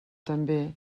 també